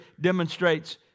demonstrates